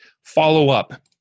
follow-up